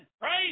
Praise